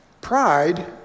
pride